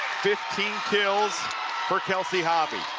fifteen kills for kelsey hobbie.